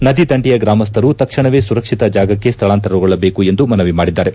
ನದಿ ದಂಡೆಯ ಗ್ರಾಮಸ್ಥರು ತಕ್ಷಣವೇ ಸುರಕ್ಷಿತ ಜಾಗಕ್ಕೆ ಸ್ಥಳಾಂತರಗೊಳ್ಳಬೇಕು ಎಂದು ಮನವಿ ಮಾಡಿದ್ದಾರೆ